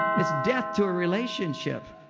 it's death to a relationship.